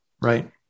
Right